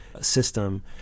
system